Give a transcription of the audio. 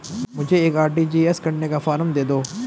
मुझे एक आर.टी.जी.एस करने का फारम दे दो?